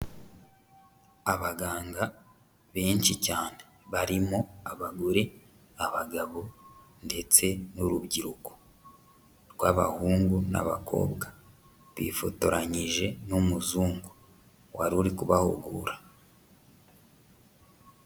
Abaganga benshi cyane. Barimo abagore, abagabo ndetse n'urubyiruko rw'abahungu n'abakobwa. Bifotoranyije n'umuzungu wari uri kubahugura.